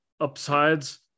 upsides